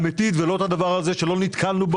אלה תיקונים שהם עם הסכמות?